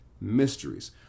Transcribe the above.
mysteries